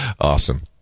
Awesome